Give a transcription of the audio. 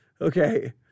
Okay